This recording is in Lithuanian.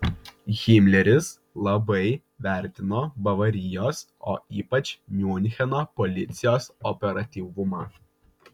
himleris labai vertino bavarijos o ypač miuncheno policijos operatyvumą